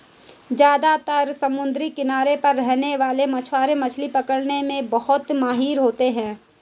ज्यादातर समुद्री किनारों पर रहने वाले मछवारे मछली पकने में बहुत माहिर होते है